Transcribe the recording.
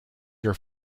your